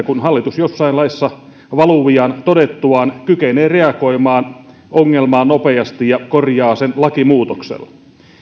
kun hallitus jossain laissa valuvian todettuaan kykenee reagoimaan ongelmaan nopeasti ja korjaa sen lakimuutoksella